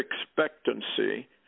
expectancy